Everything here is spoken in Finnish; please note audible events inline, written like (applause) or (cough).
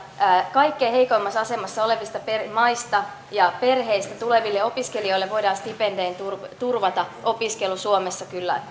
kaikkein heikoimmassa asemassa olevista maista ja perheistä tuleville opiskelijoille voidaan stipendein turvata opiskelu suomessa kyllä (unintelligible)